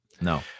no